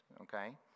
Okay